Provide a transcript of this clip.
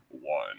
one